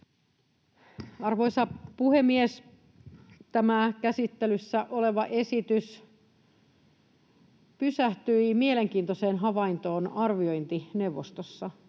Arvoisa puhemies! Tämä käsittelyssä oleva esitys pysähtyi mielenkiintoiseen havaintoon arviointineuvostossa.